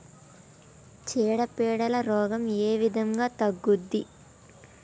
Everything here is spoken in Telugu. చీడ పీడల రోగం ఏ విధంగా తగ్గుద్ది?